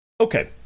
Okay